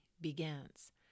begins